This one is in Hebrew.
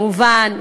כמובן,